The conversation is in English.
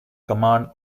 command